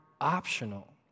optional